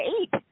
eight